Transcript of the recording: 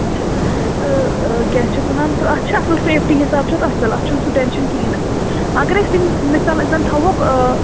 اچھا تہٕ کیٛاہ چھِ اَتھ وَنان تہٕ اَتھ چھِا اَصٕل سیفٹی حِساب چھُ اَتھ اَصٕل اَتھ چھُنہٕ سُہ ٹٮ۪نشَن کِہیٖنۍ نہٕ اگر أسۍ یِم مِثال أسۍ زَن تھاوَکھ